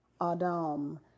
Adam